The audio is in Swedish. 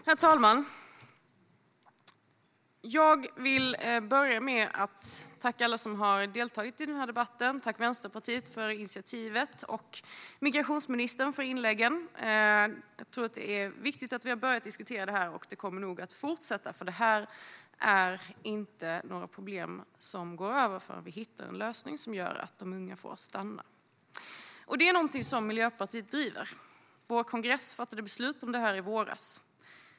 Herr talman! Jag vill börja med att tacka alla som har deltagit i debatten. Tack till Vänsterpartiet för initiativet och till migrationsministern för inläggen! Jag tror att det är viktigt att vi har börjat diskutera detta, och det kommer nog att fortsätta. Detta är inte några problem som går över förrän vi hittar en lösning som gör att de unga får stanna. Detta är någonting som Miljöpartiet driver. Vår kongress fattade beslut om detta i våras.